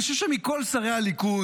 אני חושב שמכל שרי הליכוד,